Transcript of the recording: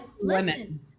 Listen